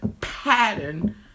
pattern